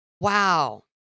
Wow